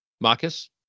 Marcus